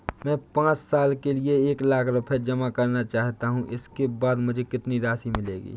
मैं पाँच साल के लिए एक लाख रूपए जमा करना चाहता हूँ इसके बाद मुझे कितनी राशि मिलेगी?